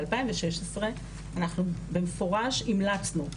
ב-2016 אנחנו במפורש המלצנו,